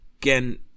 Again